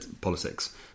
politics